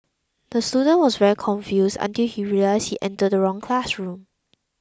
the student was very confused until he realised he entered the wrong classroom